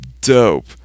dope